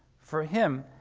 for him,